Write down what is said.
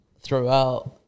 Throughout